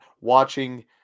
watching